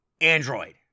android